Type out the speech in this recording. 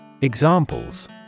Examples